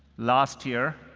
last year,